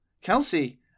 Kelsey